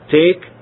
take